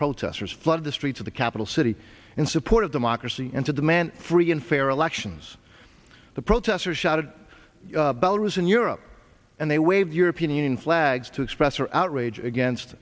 protesters flood the streets of the capital city in support of democracy and to demand free and fair elections the protesters shouted about was in europe and they waved european union flags to express their outrage against